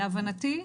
להבנתי,